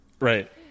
right